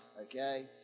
okay